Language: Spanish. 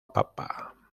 papa